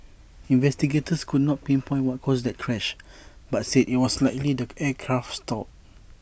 investigators could not pinpoint what caused that crash but said IT was likely the aircraft stalled